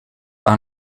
aan